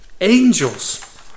angels